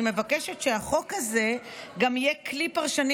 אני מבקשת שהחוק הזה גם יהיה כלי פרשני